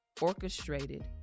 orchestrated